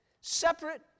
separate